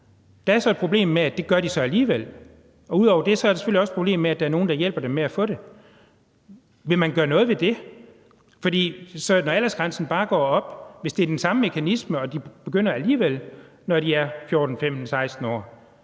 Der er så et problem med, at det gør de alligevel. Ud over det er der selvfølgelig også et problem med, at der er nogle, der hjælper dem med at få det. Vil man gøre noget ved det? For hvis aldersgrænsen bare sættes op og det er den samme mekanisme og de alligevel begynder, når de er 14, 15, 16 år,